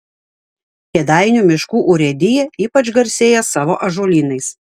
kėdainių miškų urėdija ypač garsėja savo ąžuolynais